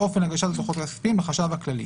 אופן הגשת הדוחות הכספיים לחשב הכללי.